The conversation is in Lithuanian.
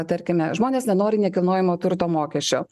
tarkime žmonės nenori nekilnojamo turto mokesčio